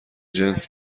جنس